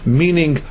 meaning